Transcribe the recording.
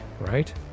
right